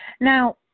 Now